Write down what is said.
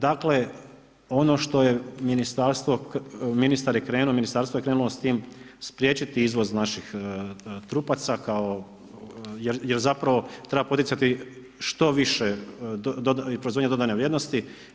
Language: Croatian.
Dakle ono što je ministarstvo, ministar je krenuo, ministarstvo je krenulo sa time spriječiti izvoz naših trupaca kao, jer zapravo treba poticati što više i proizvodnju dodane vrijednosti.